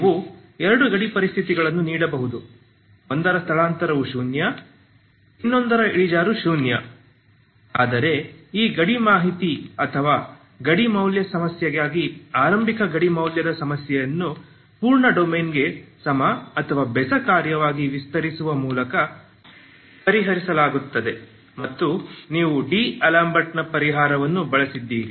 ನೀವು ಎರಡು ಗಡಿ ಪರಿಸ್ಥಿತಿಗಳನ್ನು ನೀಡಬಹುದು ಒಂದರ ಸ್ಥಳಾಂತರವು ಶೂನ್ಯ ಇನ್ನೊಂದರ ಇಳಿಜಾರು ಶೂನ್ಯ ಆದರೆ ಈ ಗಡಿ ಮಾಹಿತಿ ಅಥವಾ ಗಡಿ ಮೌಲ್ಯ ಸಮಸ್ಯೆಗಾಗಿ ಆರಂಭಿಕ ಗಡಿ ಮೌಲ್ಯದ ಸಮಸ್ಯೆಯನ್ನು ಪೂರ್ಣ ಡೊಮೇನ್ಗೆ ಸಮ ಅಥವಾ ಬೆಸ ಕಾರ್ಯವಾಗಿ ವಿಸ್ತರಿಸುವ ಮೂಲಕ ಪರಿಹರಿಸಲಾಗುತ್ತದೆ ಮತ್ತು ನೀವು ಡಿಅಲೆಂಬರ್ಟ್ನ ಪರಿಹಾರವನ್ನು ಬಳಸಿದ್ದೀರಿ